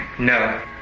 No